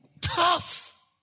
Tough